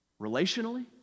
relationally